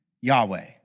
Yahweh